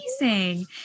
amazing